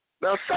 Now